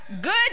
Good